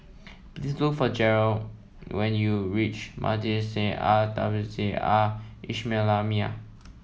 please look for Garold when you reach Madrasah Al Tahzibiah Al Islamiah